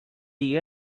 the